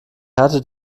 härte